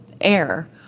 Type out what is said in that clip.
Air